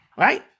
Right